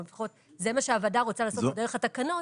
לפחות זה מה שהוועדה רוצה לעשות דרך התקנות